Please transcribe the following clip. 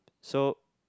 so